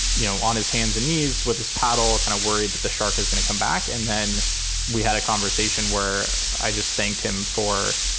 you know on his hands and knees with his paddle. kind of worried that the shark is going to come back. and then we had a conversation where i just thanked him for